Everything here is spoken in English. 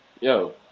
yo